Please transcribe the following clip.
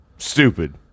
Stupid